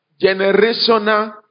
generational